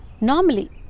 Normally